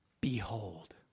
Behold